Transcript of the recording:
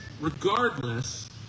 regardless